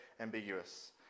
ambiguous